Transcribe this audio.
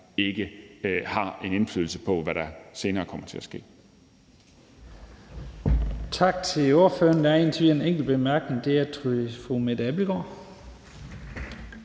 ikke har en indflydelse på, hvad der senere kommer til at ske.